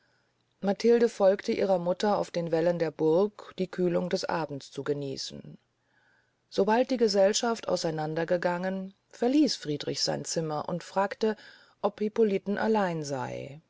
matilde folgte ihrer mutter auf den wällen der burg die kühlung des abends zu genießen sobald die gesellschaft aus einander gegangen war verließ friedrich sein zimmer und fragte ob hippolite allein sey